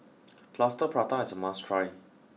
Plaster Prata is a must try